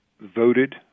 voted